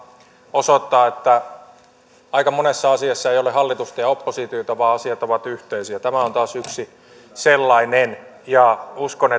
osoittaa että aika monessa asiassa ei ole hallitusta ja oppositiota vaan asiat ovat yhteisiä tämä on taas yksi sellainen uskon